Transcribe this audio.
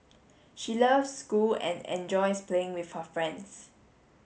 she loves school and enjoys playing with her friends